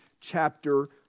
chapter